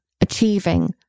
achieving